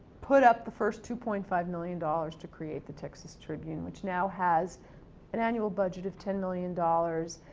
put up the first two point five million dollars to create the texas tribune, which now has an annual budget of ten million dollars,